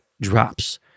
drops